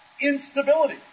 Instability